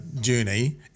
journey